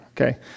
okay